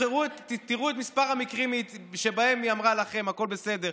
תראו את מספר המקרים שבהם היא אמרה לכם שהכול בסדר,